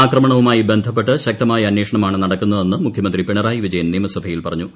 ആക്രമണവുമായി ബന്ധപ്പെട്ട് ശക്തമായ അന്വേഷണമാണ് നടക്കുന്നതെന്ന് മുഖ്യമന്ത്രി പിണറായി വിജയൻ സഭയിൽ പറഞ്ഞു